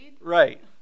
Right